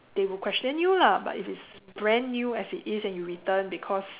they would question you lah but if it's brand new as it is and you return because